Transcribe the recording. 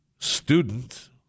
student